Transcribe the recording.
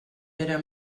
era